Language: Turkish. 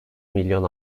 milyon